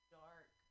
dark